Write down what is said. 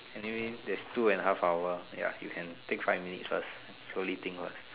anyway there's two and a half hour ya you can take five minute first slowly think first